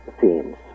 themes